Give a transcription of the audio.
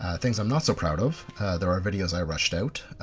things i'm not so proud of there are videos i rushed out,